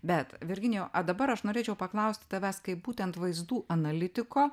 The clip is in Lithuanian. bet virginijau o dabar aš norėčiau paklausti tavęs kaip būtent vaizdų analitiko